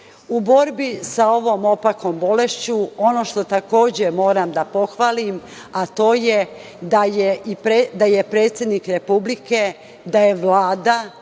borbi sa ovom opakom bolešću, ono što takođe moram da pohvalim, a to je da je predsednik Republike, da je Vlada,